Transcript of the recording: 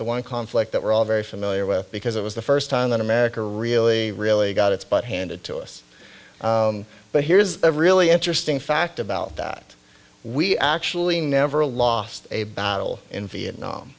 the one conflict that we're all very familiar with because it was the first time that america really really got its butt handed to us but here's a really interesting fact about that we actually never lost a battle in vietnam